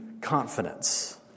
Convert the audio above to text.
confidence